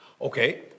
Okay